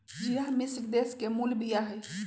ज़िरा मिश्र देश के मूल बिया हइ